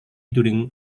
during